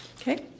Okay